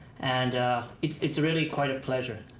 and it's it's really quite a pleasure.